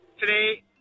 today